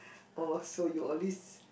oh so you always